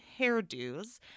hairdos